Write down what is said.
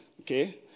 Okay